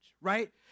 right